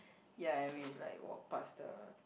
ya and we like walk past the